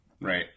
right